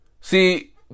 See